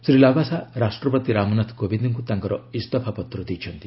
ଶ୍ରୀ ଲାବାସା ରାଷ୍ଟ୍ରପତି ରାମନାଥ କୋବିନ୍ଦଙ୍କୁ ତାଙ୍କର ଇସ୍ତଫା ପତ୍ର ଦେଇଛନ୍ତି